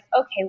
okay